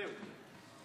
זהו.